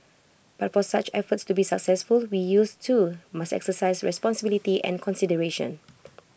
but for such efforts to be successful we youths too must exercise responsibility and consideration